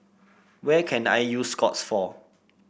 where can I use Scott's for